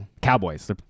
Cowboys